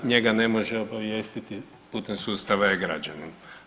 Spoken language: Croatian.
Njega ne može obavijestiti putem sustava e-građanin.